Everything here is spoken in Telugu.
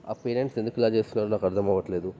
ఆ పేరెంట్స్ ఎందుకు ఇలా చేస్తున్నారో నాకు అర్థం అవ్వట్లేదు